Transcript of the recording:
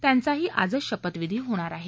त्यांचाही आजच शपथविधी होणार आहे